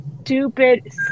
stupid